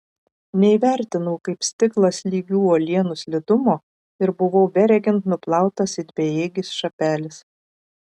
neįvertinau kaip stiklas lygių uolienų slidumo ir buvau beregint nuplautas it bejėgis šapelis